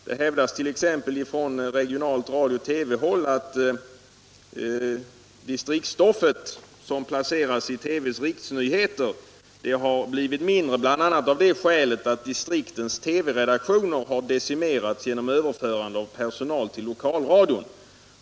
Det hävdas t.ex. från regionalt radiooch TV-håll att distriktsstoffet som placeras i TV:s riksnyheter har blivit mindre, bl.a. av det skälet att distriktens TV-redaktioner har decimerats genom överförande av personal till lokalradion.